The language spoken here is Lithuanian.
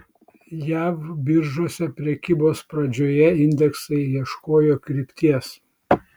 jav biržose prekybos pradžioje indeksai ieškojo krypties